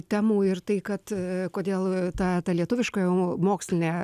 temų ir tai kad kodėl ta ta lietuviška mokslinė